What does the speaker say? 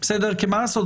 כי מה לעשות,